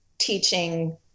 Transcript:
teaching